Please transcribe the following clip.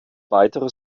weitere